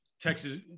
Texas